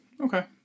okay